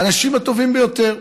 האנשים הטובים ביותר.